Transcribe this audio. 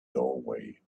doorway